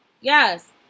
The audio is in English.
Yes